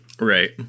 Right